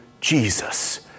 Jesus